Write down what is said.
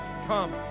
come